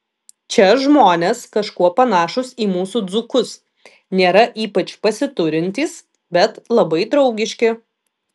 čia žmonės kažkuo panašūs į mūsų dzūkus nėra ypač pasiturintys bet labai draugiški